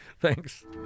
Thanks